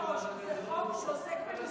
אבל גברתי היושבת-ראש, זה חוק שעוסק במיסוי.